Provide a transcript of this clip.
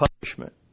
punishment